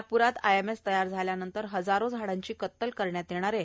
नागप्रात आयएमएस तयार झाल्यानंतर हजारो झाडांची कत्तल करण्यात येणार आहे